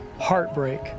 heartbreak